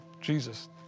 Jesus